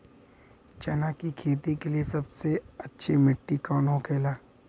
चना की खेती के लिए सबसे अच्छी मिट्टी कौन होखे ला?